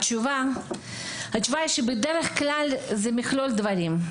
התשובה היא, שבדרך כלל זה מכלול דברים.